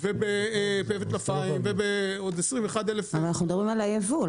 ובפה וטלפיים ועוד עשרים ואחד אלף -- אנחנו מדברים על היבוא,